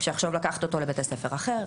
שאחשוב לקחת אותו לבית ספר אחר,